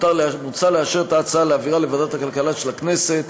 מוצע לאשר את ההצעה ולהעבירה לוועדת הכלכלה של הכנסת.